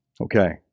okay